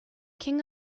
king